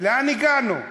לאן הגענו?